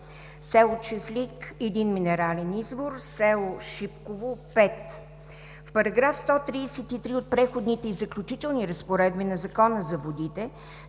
с. Чифлик – един минерален извор, с. Шипково – пет. В § 133 от Преходните и заключителни разпоредби на Закона за водите